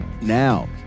Now